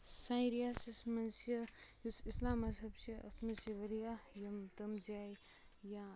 سانہِ رِیاستَس منٛز چھِ یُس اسلام مذہب چھِ اَتھ منٛز چھِ واریاہ یِم تِم جایہِ یا